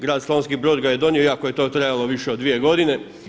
Grad Slavonski Brod ga je donio iako je to trajalo više od dvije godine.